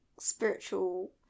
spiritual